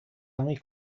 only